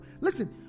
Listen